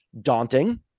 daunting